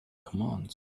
commands